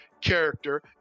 character